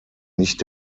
nicht